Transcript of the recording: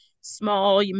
small